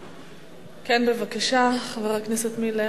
כן, בבקשה, חבר הכנסת מילר.